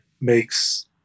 makes